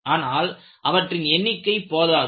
ஆனால் அவற்றின் எண்ணிக்கை போதாது